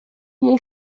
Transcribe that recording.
mon